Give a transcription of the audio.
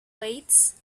weights